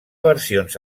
versions